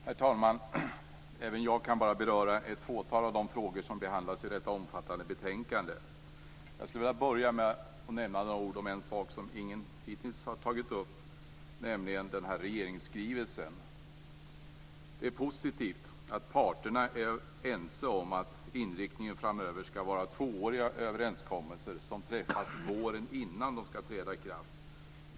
Herr talman! Även jag kan bara beröra ett fåtal av de frågor som behandlas i detta omfattande betänkande. Jag skulle vilja börja med att nämna en sak som ingen hittills har tagit upp, nämligen regeringsskrivelsen. Det är positivt att parterna är ense om att inriktningen framöver skall vara tvååriga överenskommelser som träffas våren innan de skall träda i kraft.